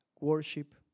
worship